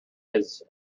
his